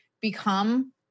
become